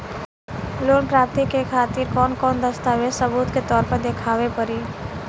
Loan प्राप्ति के खातिर कौन कौन दस्तावेज सबूत के तौर पर देखावे परी?